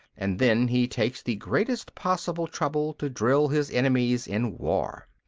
and then he takes the greatest possible trouble to drill his enemies in war.